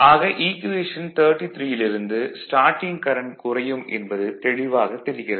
ஆக ஈக்குவேஷன் 33 ல் இருந்து ஸ்டார்ட்டிங் கரண்ட் குறையும் என்பது தெளிவாகத் தெரிகிறது